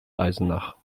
eisenach